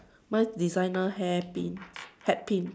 mine is designer hair pin hat pin